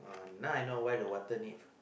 uh now I know why the water need